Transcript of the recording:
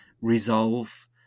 resolve